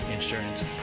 insurance